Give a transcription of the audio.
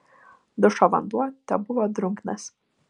dušo vanduo tebuvo drungnas